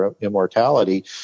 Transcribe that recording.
immortality